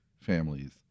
families